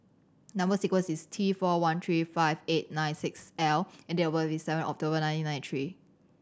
number sequence is T four one three five eight nine six L and date of birth is seven October nineteen ninety three